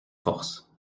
force